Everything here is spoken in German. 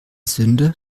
sünde